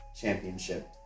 championship